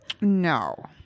No